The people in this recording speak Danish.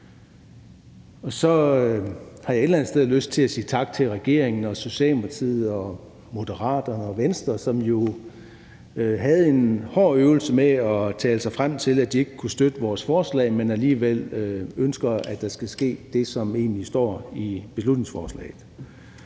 Så har jeg et eller andet sted lyst til at sige tak til regeringen og Socialdemokratiet og Moderaterne og Venstre, som jo havde en hård øvelse med at tale sig frem til, at de ikke kunne støtte vores forslag, men alligevel ønsker, at der skal ske det, som egentlig står i beslutningsforslaget.